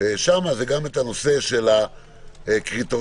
זה גם הנושא של הקריטריונים